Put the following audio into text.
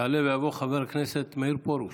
יעלה ויבוא חבר הכנסת מאיר פרוש.